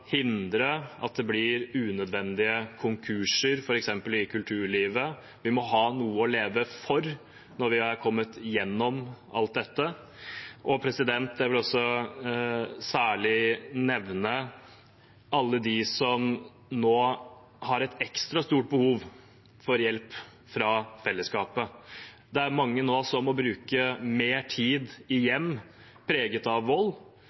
hindre at det blir unødvendige konkurser f.eks. i kulturlivet – vi må ha noe å leve for når vi er kommet gjennom alt dette. Jeg vil også særlig nevne alle dem som nå har et ekstra stort behov for hjelp fra fellesskapet. Det er mange nå som må bruke mer tid i hjem preget av vold,